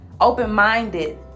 open-minded